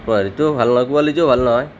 কোৱালিটিও ভাল নহয় কোৱালিটিও ভাল নহয়